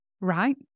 right